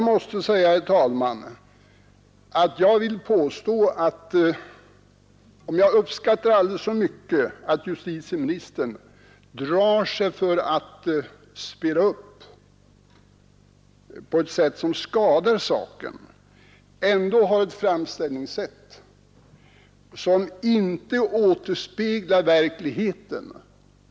Om jag aldrig så mycket uppskattar att justitieministern drar sig för att spela upp på ett sätt som skadar saken, vill jag ändå påstå, herr talman, att hans framställningssätt inte återspeglar verkligheten.